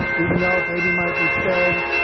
even though a baby might be fed,